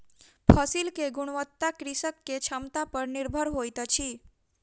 फसिल के गुणवत्ता कृषक के क्षमता पर निर्भर होइत अछि